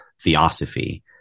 theosophy